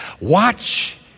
Watch